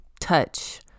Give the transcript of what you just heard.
touch